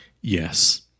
Yes